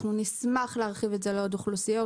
אנחנו נשמח להרחיב את זה לעוד אוכלוסיות.